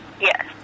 Yes